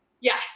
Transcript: Yes